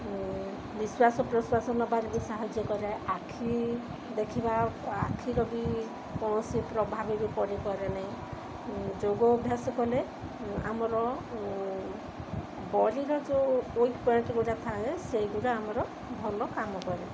ନିଶ୍ୱାସ ପ୍ରଶ୍ୱାସ ନବାର ବି ସାହାଯ୍ୟ କରେ ଆଖି ଦେଖିବା ଆଖିର ବି କୌଣସି ପ୍ରଭାବ ବି ପଡ଼ିପାରେ ନାହିଁ ଯୋଗ ଅଭ୍ୟାସ କଲେ ଆମର ବଡ଼ିର ଯେଉଁ ୱେଟ ଫୋଏଟ୍ ଯେଉଁ ଗୁଡ଼ା ଥାଏ ସେଇଗୁଡ଼ା ଆମର ଭଲ କାମ କରେ